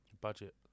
Budget